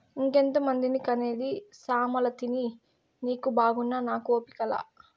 ఇంకెంతమందిని కనేది సామలతిని నీకు బాగున్నా నాకు ఓపిక లా